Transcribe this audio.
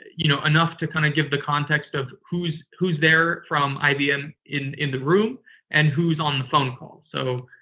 you know, enough to kind of give the context of who's who's there from ibm in in the room and who's on the phone call. so,